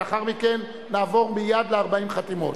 ולאחר מכן נעבור מייד ל-40 חתימות.